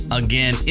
again